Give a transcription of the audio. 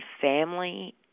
family